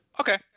okay